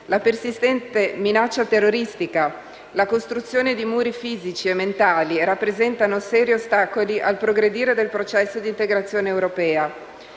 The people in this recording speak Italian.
la persistente minaccia terroristica, la costruzione di muri fisici e mentali rappresentano seri ostacoli al progredire del processo di integrazione europea.